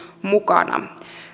mukana